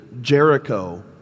Jericho